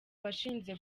washinze